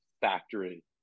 factory